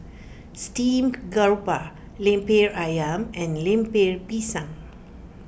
Steamed Grouper Lemper Ayam and Lemper Pisang